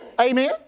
Amen